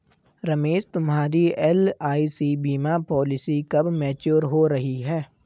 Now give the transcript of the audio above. रमेश तुम्हारी एल.आई.सी बीमा पॉलिसी कब मैच्योर हो रही है?